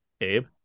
Abe